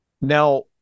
Now